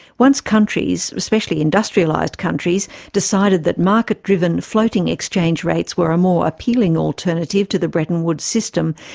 once countries, especially industrialised countries, decided that market driven floating exchange rates were a more appealing alternative to the bretton woods system,